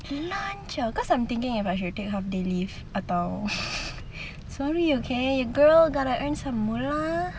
lunch ah cause I'm thinking if I should take half day leave atau sorry okay girl gotta earn some money